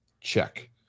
check